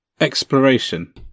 exploration